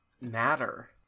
matter